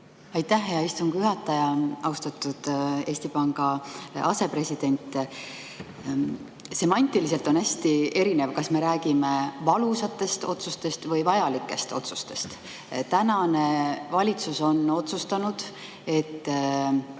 Aitäh, hea istungi juhataja! Austatud Eesti Panga asepresident! Semantiliselt on hästi erinev, kas me räägime valusatest otsustest või vajalikest otsustest. Tänane valitsus on otsustanud, et